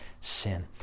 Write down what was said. sin